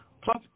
plus